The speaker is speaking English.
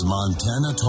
Montana